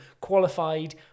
qualified